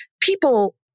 people